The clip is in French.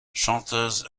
chanteuse